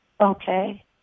Okay